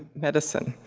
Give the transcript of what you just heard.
medicine.